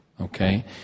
okay